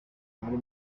muri